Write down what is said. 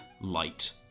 light